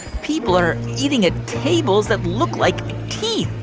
people are eating at tables that look like teeth.